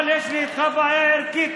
אבל יש לי איתך בעיה ערכית,